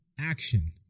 action